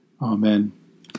Amen